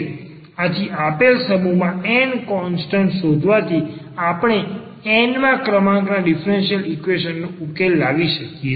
આથિ આપેલ સમૂહમાંથી n constant શોધવાથી આપણે n માં ક્રમાંકના ડીફરન્સીયલ ઈક્વેશન નો ઉકેલ લાવી શકીએ છે